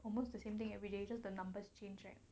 almost the same thing everyday just the numbers change right